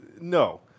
no